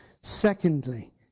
Secondly